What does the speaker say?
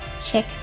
check